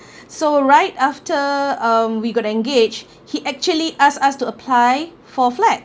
so right after um we got engaged he actually ask us to apply for flat